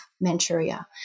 Manchuria